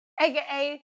aka